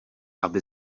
aby